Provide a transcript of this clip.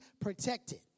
protected